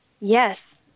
yes